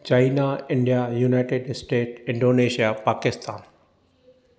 China India united state Indonesia Pakistan